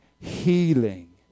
healing